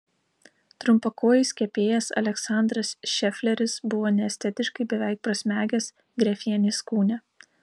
trumpakojis kepėjas aleksandras šefleris buvo neestetiškai beveik prasmegęs grefienės kūne